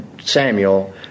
Samuel